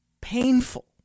painful